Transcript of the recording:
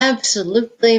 absolutely